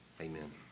amen